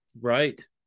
Right